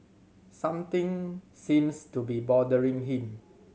something seems to be bothering him